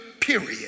period